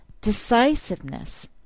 decisiveness